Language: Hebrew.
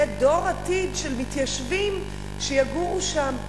יהיה דור עתיד של מתיישבים שיגורו שם.